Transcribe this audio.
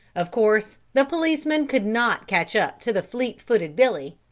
of course the policeman could not catch up to the fleet-footed billy,